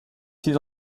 six